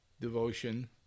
devotion